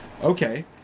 Okay